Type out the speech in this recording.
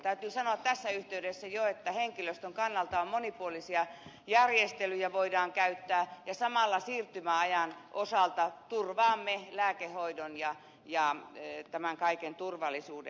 täytyy sanoa tässä yhteydessä jo että henkilöstön kannalta monipuolisia järjestelyjä voidaan käyttää ja samalla siirtymäajan osalta turvaamme lääkehoidon ja tämän kaiken turvallisuuden